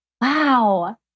Wow